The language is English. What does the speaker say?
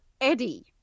Eddie